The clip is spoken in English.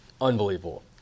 unbelievable